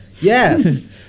Yes